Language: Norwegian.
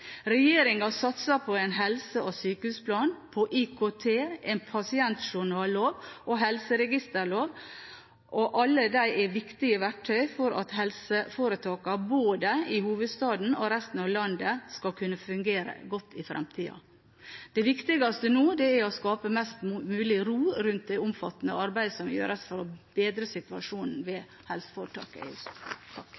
satser på en helse- og sykehusplan, IKT, en pasientjournallov og en helseregisterlov, og alle disse er viktige verktøy for at helseforetakene, i både hovedstaden og resten av landet, skal kunne fungere godt i fremtiden. Det viktigste nå er å skape mest mulig ro rundt det omfattende arbeidet som gjøres for å bedre situasjonen